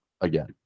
again